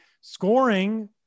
scoring